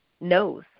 knows